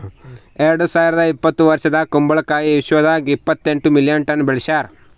ಎರಡು ಸಾವಿರ ಇಪ್ಪತ್ತು ವರ್ಷದಾಗ್ ಕುಂಬಳ ಕಾಯಿ ವಿಶ್ವದಾಗ್ ಇಪ್ಪತ್ತೆಂಟು ಮಿಲಿಯನ್ ಟನ್ಸ್ ಬೆಳಸ್ಯಾರ್